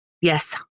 Yes